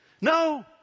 No